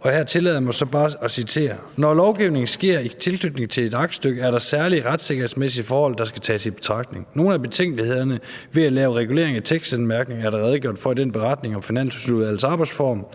og her tillader jeg mig så bare at citere: Når lovgivningen sker i tilknytning til et aktstykke, er der særlige retssikkerhedsmæssige forhold, der skal tages i betragtning. Nogle af betænkelighederne ved at lave reguleringer i en tekstanmærkning er der redegjort for i den beretning om Finansudvalgets arbejdsform,